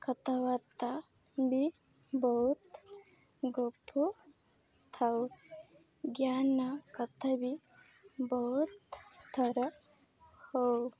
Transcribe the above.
କଥାବାର୍ତ୍ତା ବି ବହୁତ ଗପୁ ଥାଉ ଜ୍ଞାନ କଥା ବି ବହୁତ ଥର ହେଉ